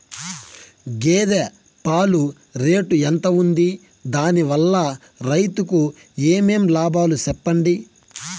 గేదె పాలు రేటు ఎంత వుంది? దాని వల్ల రైతుకు ఏమేం లాభాలు సెప్పండి?